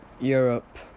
Europe